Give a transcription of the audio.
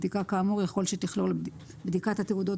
בדיקה כאמור יכול שתכלול בדיקת התעודות